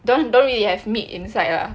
don't don't really have meat inside lah